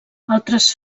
altres